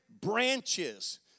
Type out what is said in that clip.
branches